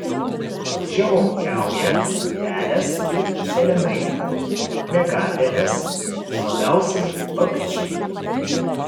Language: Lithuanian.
žemuogiauja pelės ir pelėnai miegapelės o labiausiai vabzdžiai